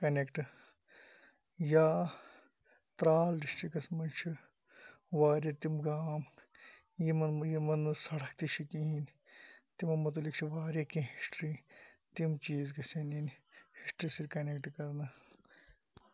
connect یا ترال ڈِسٹرکَس مَنٛز چھِ واریاہ تِم گام یِمَن نہٕ یِمن نہٕ سَڑک تہٕ چھِ کِہِیٖنۍ تِمَن مُتعلِق چھِ واریاہ کینٛہہ ہِسٹری تِم چیٖز گَژھن یِنۍ ہِسٹری سۭتۍ کَنیٚکٹہٕ کَرنہٕ